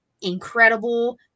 incredible